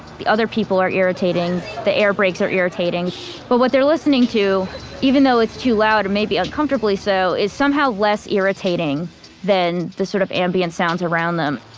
the other people are irritating, the air brakes are irritating but what they're listening to even though it's too loud, it may be uncomfortably so, is somehow less irritating than the sort of ambient sounds around them